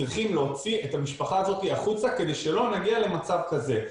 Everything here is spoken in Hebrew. צריכים להוציא את המשפחה הזאתי החוצה כדי שלא נגיע למצב כזה.